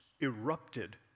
erupted